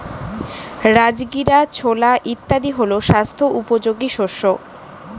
রাজগীরা, ছোলা ইত্যাদি হল স্বাস্থ্য উপযোগী শস্য